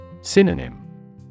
Synonym